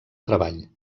treball